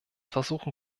versuchen